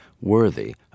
worthy